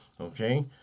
Okay